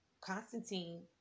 Constantine